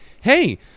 hey